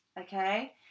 Okay